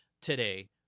today